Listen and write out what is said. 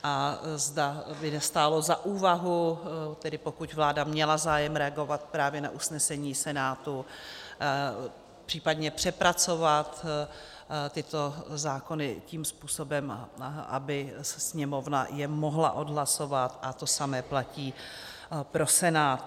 A zda by nestálo za úvahu, tedy pokud vláda měla zájem reagovat právě na usnesení Senátu, případně přepracovat tyto zákony tím způsobem, aby je Sněmovna mohla odhlasovat, a to samé platí pro Senát.